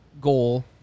goal